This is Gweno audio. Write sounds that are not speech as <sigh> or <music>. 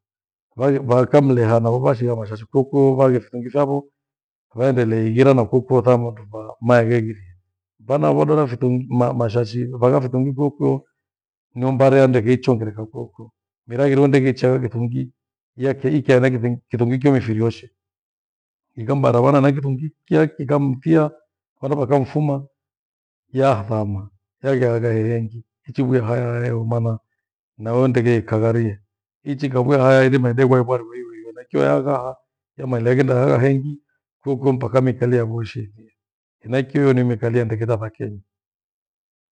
Vakamileha naho vashigha mashashi khokho vaaghe kushinga kwio vaeendelei ighira na kukui othama mndu mandeighire. Vana vondo na vitun na mashashi vagha kitungu kwuo kwuo niombare andekicho ngereka kuo kuo. Mira kirindu ni kicha kithungi iya ikia ikya ira kithungi ikyo kimifirioshe. Ikamvara vana na kithungi kiya kikam kiya mana kho mfuma yahathama <unintelligible> hengi hicho wehayahaya mmana nao ndeghe ikagharie ichi kabwie haya ethimaeneo bware bware <unintelligible> naikyioyaagha haa eimaeneo ekindehanga hengi kuo kuo mpaka meikalia moshi. Henaicho nimekalia ndeghe ta thakanyi